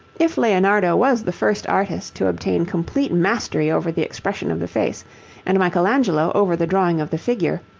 if leonardo was the first artist to obtain complete mastery over the expression of the face and michelangelo over the drawing of the figure,